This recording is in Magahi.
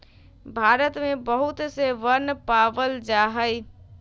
भारत में बहुत से वन पावल जा हई